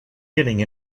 getting